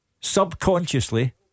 Subconsciously